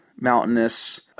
Mountainous